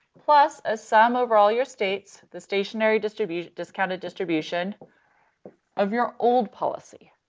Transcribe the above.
plus a sum over all your states, the stationary distribu discounted distribution of your old policy.